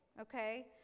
okay